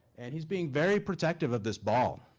and he's being very protective of this ball.